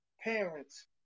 parents